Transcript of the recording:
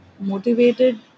motivated